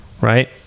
right